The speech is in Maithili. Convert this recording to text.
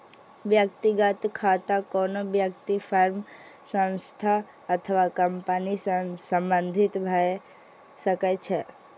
व्यक्तिगत खाता कोनो व्यक्ति, फर्म, संस्था अथवा कंपनी सं संबंधित भए सकै छै